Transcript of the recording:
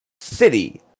city